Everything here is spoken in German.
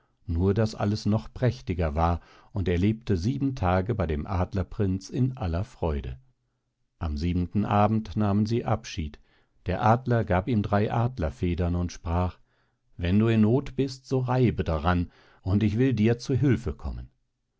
nur daß alles noch prächtiger war und er lebte sieben tage bei dem adlerprinz in aller freude am siebenten abend nahmen sie abschied der adler gab ihm drei adlerfedern und sprach wenn du in noth bist so reib daran und ich will dir zu hülfe kommen